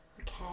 Okay